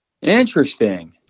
interesting